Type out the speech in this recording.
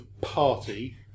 party